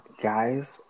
guys